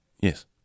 Yes